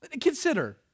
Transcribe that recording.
Consider